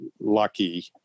lucky